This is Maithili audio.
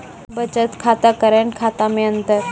बचत खाता करेंट खाता मे अंतर?